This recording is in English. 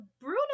Bruno